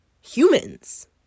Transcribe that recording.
humans